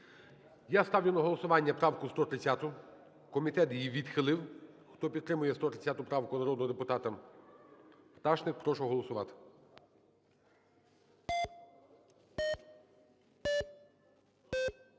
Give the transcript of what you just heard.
Я ставлю на голосування правку 130. Комітет її відхилив. Хто підтримує 130 правку народного депутата Пташник, прошу голосувати.